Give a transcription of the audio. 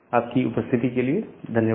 आपकी उपस्थिति के लिए धन्यवाद